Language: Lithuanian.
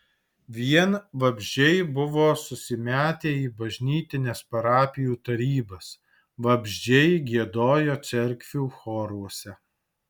vien vabzdžiai buvo susimetę į bažnytines parapijų tarybas vabzdžiai giedojo cerkvių choruose